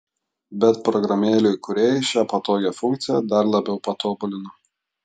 bet programėlių kūrėjai šią patogią funkciją dar labiau patobulino